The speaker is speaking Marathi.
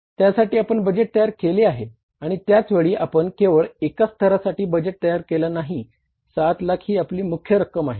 त्यासाठी आपण बजेट तयार केले आहे आणि त्याच वेळी आपण केवळ एका स्तरासाठी बजेट तयार केला नाही 7 लाख ही आपली मुख्य रक्कम आहे